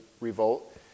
revolt